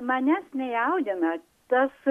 manęs nejaudina tas